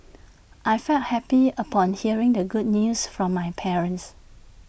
I felt happy upon hearing the good news from my parents